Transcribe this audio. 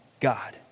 God